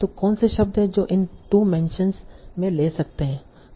तो कौन से शब्द है जो इन 2 मेंशनस में ले सकते है